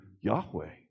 Yahweh